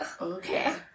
Okay